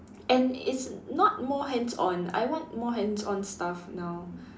and it's not more hands on I want more hands on stuff now